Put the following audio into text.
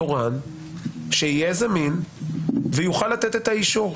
תורן שיהיה זמין ויוכל לתת את האישור.